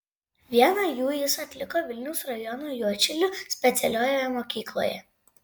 vieną jų jis atliko vilniaus rajono juodšilių specialiojoje mokykloje